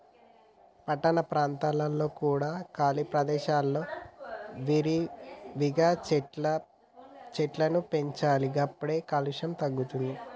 పట్టణ ప్రాంతాలలో కూడా ఖాళీ ప్రదేశాలలో విరివిగా చెట్లను పెంచాలి గప్పుడే కాలుష్యం తగ్గుద్ది